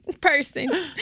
person